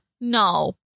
No